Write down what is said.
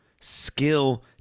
skill